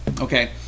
Okay